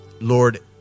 Lord